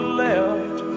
left